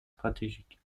stratégique